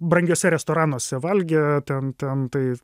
brangiuose restoranuose valgė ten ten tai